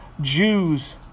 Jews